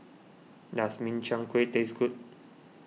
does Min Chiang Kueh taste good